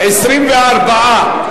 24,